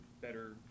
better